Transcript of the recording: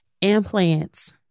Implants